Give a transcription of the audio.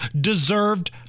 deserved